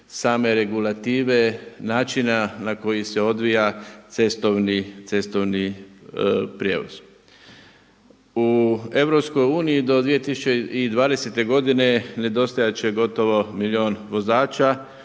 same regulative, način na koji se odvija cestovni prijevoz. U EU do 2020. nedostajati će gotovo milijun vozača,